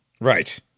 Right